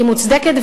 היא מוצדקת,